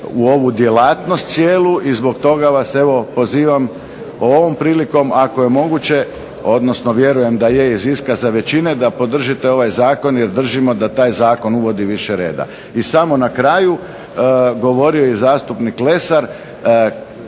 u ovu djelatnost cijelu i zbog toga vas evo pozivam ovom prilikom ako je moguće, odnosno vjerujem da je iz iskaza većine da podržite ovaj zakon, jer držimo da taj zakon uvodi više reda. I samo na kraju. Govorio je i zastupnik Lesar.